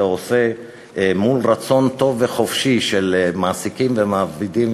מול רצון טוב וחופשי של מעסיקים ומעבידים,